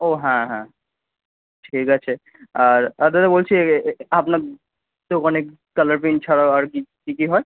ও হ্যাঁ হ্যাঁ ঠিক আছে আর আর দাদা বলছি এ আপনার দোকানে কালার প্রিন্ট ছাড়াও আর কী কী হয়